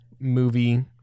movie